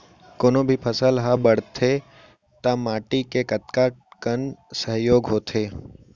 कोनो भी फसल हा बड़थे ता माटी के कतका कन सहयोग होथे?